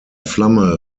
flamme